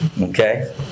okay